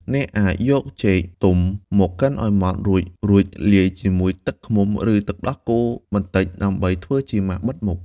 អ្នកអាចយកចេកទុំមកកិនឲ្យម៉ដ្ឋ រួចលាយជាមួយទឹកឃ្មុំ ឬទឹកដោះគោបន្តិចដើម្បីធ្វើជាម៉ាសបិទមុខ។